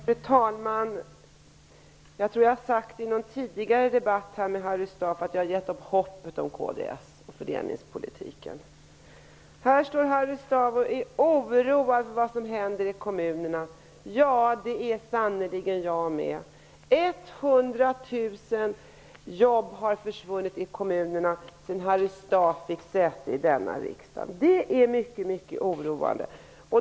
Fru talman! Jag tror att jag har sagt i någon tidigare debatt med Harry Staaf att jag har gett upp hoppet om kds och fördelningspolitiken. Här står Harry Staaf och är oroad över vad som händer i kommunerna. Ja, det är sannerligen jag också. 100 000 jobb har försvunnit i kommunerna sedan Harry Staaf fick säte i denna riksdag. Det är mycket oroande.